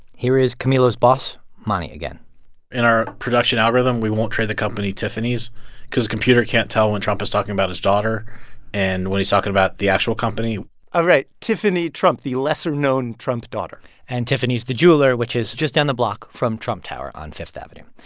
here is camilo's boss, mani, again in our production algorithm, we won't trade the company tiffany's cause the computer can't tell when trump is talking about his daughter and when he's talking about the actual company oh, right. tiffany trump, the lesser-known trump daughter and tiffany's, the jeweler, which is just down the block from trump tower on fifth avenue.